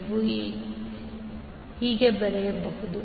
ನೀವು ಏನು ಬರೆಯಬಹುದು